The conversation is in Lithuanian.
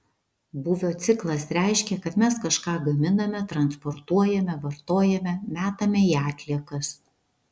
būvio ciklas reiškia kad mes kažką gaminame transportuojame vartojame metame į atliekas